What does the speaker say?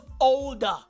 older